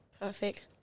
Perfect